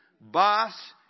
boss